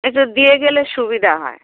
একটু দিয়ে গেলে সুবিধা হয়